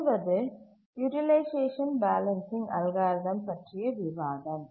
தொடர்வது utilisation balancing algorithm பற்றிய விவாதம்